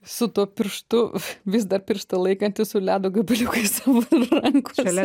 su tuo pirštu vis dar pirštą laikanti su ledo gabaliukais savo rankose